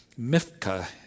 Mifka